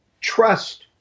trust